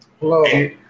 Hello